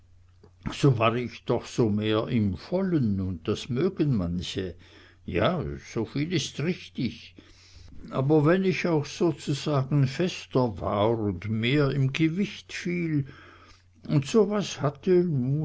so war ich doch so mehr im vollen un das mögen manche ja soviel is richtig aber wenn ich auch sozusagen fester war un mehr im gewicht fiel un so was hatte